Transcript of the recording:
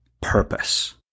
PURPOSE